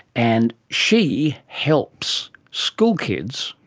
and she helps schoolkids,